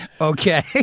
okay